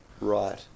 Right